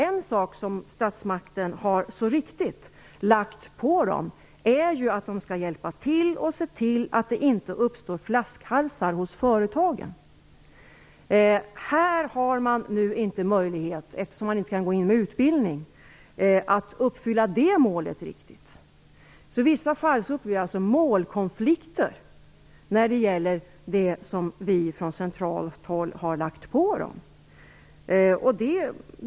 En sak som statsmakten mycket riktigt har lagt på AMS och länsarbetsnämnderna är att de skall se till att det inte uppstår flaskhalsar hos företagen. I detta sammanhang finns inte möjligheten att uppfylla det målet, eftersom man inte kan gå in med utbildning. I vissa fall uppstår det alltså målkonflikter när det gäller det som vi från centralt håll har lagt på dem.